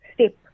step